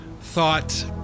thought